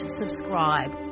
subscribe